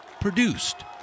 Produced